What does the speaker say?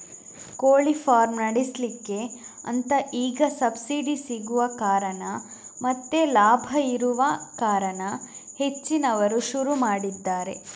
ಕೋಳಿ ಫಾರ್ಮ್ ನಡೆಸ್ಲಿಕ್ಕೆ ಅಂತ ಈಗ ಸಬ್ಸಿಡಿ ಸಿಗುವ ಕಾರಣ ಮತ್ತೆ ಲಾಭ ಇರುವ ಕಾರಣ ಹೆಚ್ಚಿನವರು ಶುರು ಮಾಡಿದ್ದಾರೆ